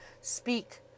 Speak